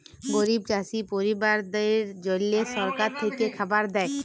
গরিব চাষী পরিবারদ্যাদের জল্যে সরকার থেক্যে খাবার দ্যায়